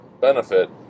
benefit